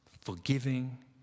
forgiving